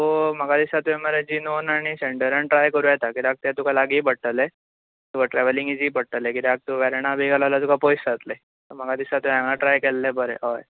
so म्हाका दिसतां तुवें मरे जिनोन आनी सेंटरान ट्राय करुन येतां किद्याक ते तुका लागी पडटले तुका ट्रेवलिंग इजी पडटले किद्याक तु वेर्णा बिन गेलो जाल्यार तुका पयस जातले सो म्हाका दिसता तुवेन हांगा ट्राय केल्ले बरे